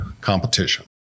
competition